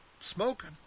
smoking